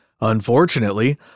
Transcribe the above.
Unfortunately